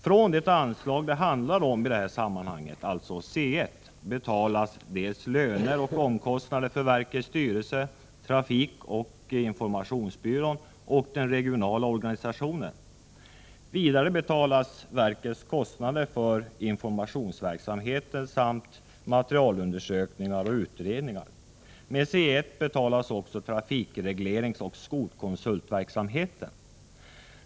Från det anslag som det handlar om, C 1, betalas löner och omkostnader för verkets styrelse, trafikoch informationsbyrån och den regionala organisationen. Vidare betalas verkets kostnader för informationsverksamhet samt materialundersökningar och utredningar. Med anslaget C 1 betalas också trafikregleringsoch skolkonsultverksamheten.